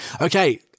Okay